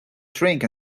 drink